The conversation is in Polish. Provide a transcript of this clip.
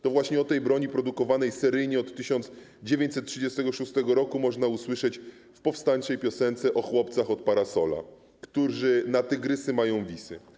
To właśnie o tej broni produkowanej seryjnie od 1936 r. można usłyszeć w powstańczej piosence o chłopcach od Parasola, którzy na tygrysy mają visy.